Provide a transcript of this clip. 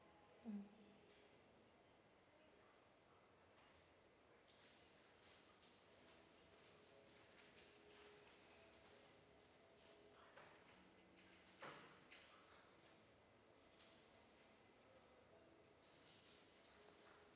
mm